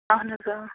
اَہَن حظ آ